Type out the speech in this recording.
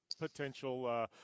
potential